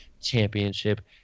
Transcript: championship